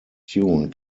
tune